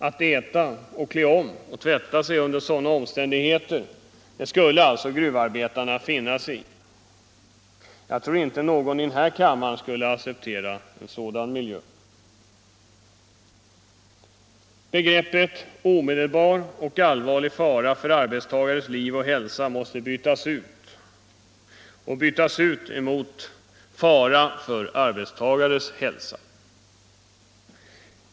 Att äta, klä om och tvätta sig under sådana omständigheter skulle alltså gruv arbetarna finna sig i. Jag tror inte någon här i kammaren skulle acceptera en sådan miljö. Begreppet ”omedelbar och allvarlig fara för arbetstagares liv eller hälsa” måste bytas ut mot ”fara för arbetstagares hälsa”.